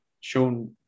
shown